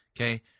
Okay